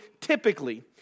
typically